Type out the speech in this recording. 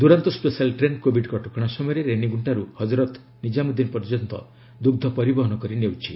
Duronto special train Covid କଟକଣା ସମୟରେ ରେନିଗୁଷ୍କାରୁ ହଜରତ୍ ନିଙ୍କାମୁଦ୍ଦିନ୍ ପର୍ଯ୍ୟନ୍ତ ଦୁଗ୍ମ ପରିବହନ କରି ନେଇଛି